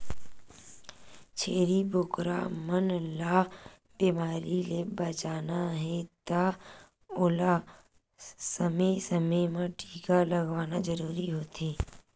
छेरी बोकरा मन ल बेमारी ले बचाना हे त ओला समे समे म टीका लगवाना जरूरी होथे